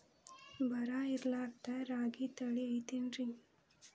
ಬರ ಇರಲಾರದ್ ರಾಗಿ ತಳಿ ಐತೇನ್ರಿ?